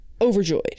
overjoyed